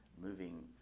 moving